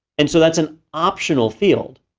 and so that's an optional field,